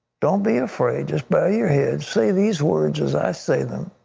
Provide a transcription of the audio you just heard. don't be afraid just bow your heads say these words as i say them.